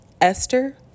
Esther